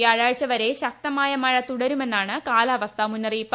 വ്യാഴാഴ്ച വരെ ശക്തമായ മഴ തുടരുമെന്നാണ് കാലാവസ്ഥാ മുന്നറിയിപ്പ്